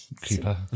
Keeper